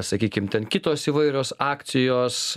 sakykim ten kitos įvairios akcijos